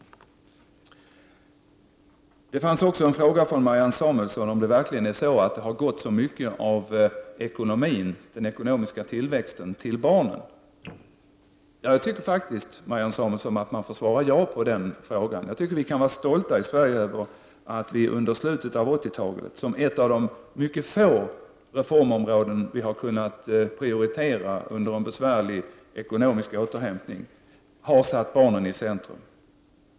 Det förekom också en fråga från Marianne Samuelsson om verkligen så mycket av den ekonomiska tillväxten har gått till barnen. Jag tycker faktiskt, Marianne Samuelsson, att man får svara ja på den frågan. Jag tycker att vi kan vara stolta i Sverige över att vi under slutet av 80-talet, som ett av de mycket få reformområden vi har kunnat prioritera under en besvärlig ekonomisk återhämtning, har satt barnen i centrum.